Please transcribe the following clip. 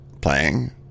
playing